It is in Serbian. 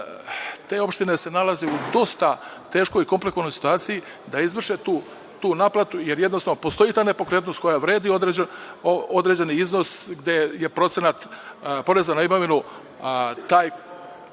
te opštine nalaze u dosta teškoj i komplikovanoj situaciji da izvrše tu naplatu, jer jednostavno postoji ta nepokretnost, koja vredi određeni iznos, gde je procenat poreza na imovinu